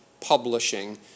Publishing